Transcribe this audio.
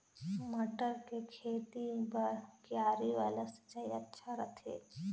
मटर के खेती बर क्यारी वाला सिंचाई अच्छा रथे?